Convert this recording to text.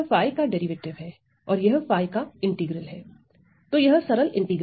अब यह 𝜙 का डेरिवेटिव है और यह 𝜙 का इंटीग्रल